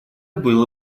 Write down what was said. было